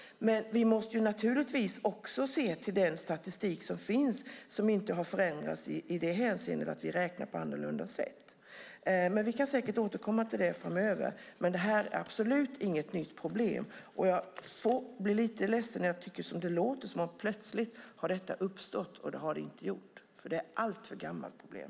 Vi måste dock naturligtvis också se till den statistik som finns och som inte har förändrats i det hänseendet att vi räknar på annorlunda sätt. Vi kan säkert återkomma till detta framöver, men det är absolut inget nytt problem. Jag blir lite ledsen när jag tycker att det låter som att detta plötsligt har uppstått. Det har det inte gjort. Det är ett alltför gammalt problem.